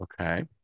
Okay